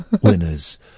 winners